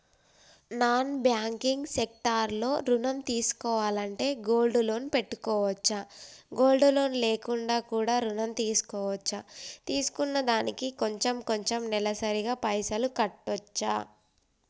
Non banking sector లో ఋణం తీసుకోవాలంటే గోల్డ్ లోన్ పెట్టుకోవచ్చా? గోల్డ్ లోన్ లేకుండా కూడా ఋణం తీసుకోవచ్చా? తీసుకున్న దానికి కొంచెం కొంచెం నెలసరి గా పైసలు కట్టొచ్చా?